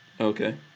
Okay